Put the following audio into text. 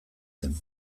zen